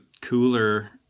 cooler